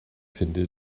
finde